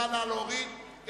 סעיף 91, לשנת 2010, נתקבל.